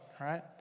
right